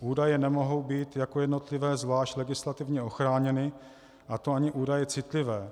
Údaje nemohou být jako jednotlivé zvlášť legislativně ochráněny, a to ani údaje citlivé.